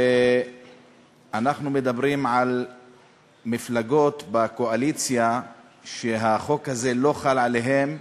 אנחנו מדברים על מפלגות בקואליציה שהחוק הזה לא חל עליהן,